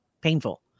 painful